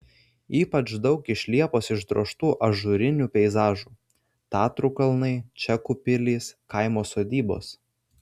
ypač daug iš liepos išdrožtų ažūrinių peizažų tatrų kalnai čekų pilys kaimo sodybos